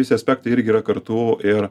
visi aspektai irgi yra kartu ir